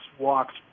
walks